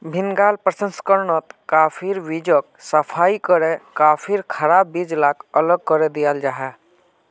भीन्गाल प्रशंस्कर्नोत काफिर बीजोक सफाई करे काफिर खराब बीज लाक अलग करे दियाल जाहा